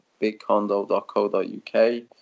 bigcondo.co.uk